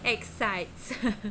excites